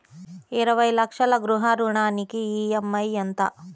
ఇరవై లక్షల గృహ రుణానికి ఈ.ఎం.ఐ ఎంత?